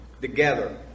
together